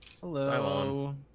Hello